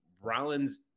Rollins